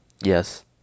yes